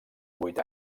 vuit